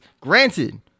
granted